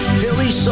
Philly